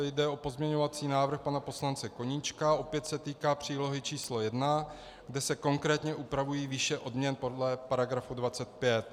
Jde o pozměňovací návrh pana poslance Koníčka, opět se týká přílohy číslo 1, kde se konkrétně upravují výše odměn podle § 25.